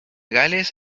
gales